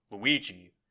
Luigi